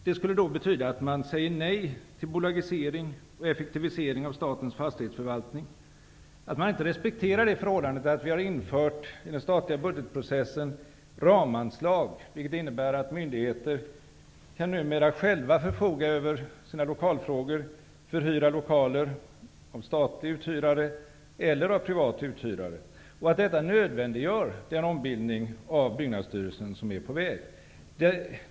Det skulle betyda att man säger nej till bolagisering och effektivisering av statens fastighetsförvaltning, att man inte respekterar det förhållandet att vi i den statliga budgetprocessen har infört ramanslag, vilket innebär att myndigheter numera själva kan förfoga över sina lokalfrågor. De kan förhyra lokaler av statliga uthyrare eller av privata. Detta nödvändiggör den ombildning av Byggnadsstyrelsen som är på väg.